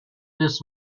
des